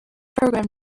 program